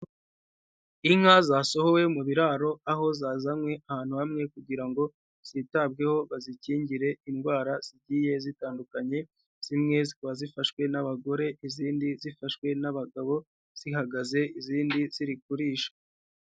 Inka zasohowe mu biraro aho zazanywe ahantu hamwe kugira ngo zitabweho bazikingire indwara zigiye zitandukanye, zimwe zikaba zifashwe n'abagore, izindi zifashwe n'abagabo zihagaze, izindi ziri kuririsha.